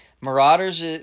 Marauder's